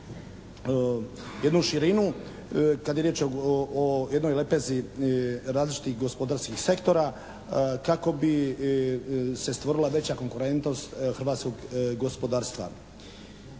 jednu širinu kad je riječ o jednoj lepezi različitih gospodarskih sektora kako bi se stvorila veća konkurentnost hrvatskog gospodarstva.